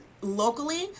locally